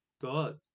God